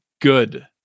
good